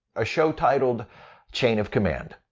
a show titled chain of command.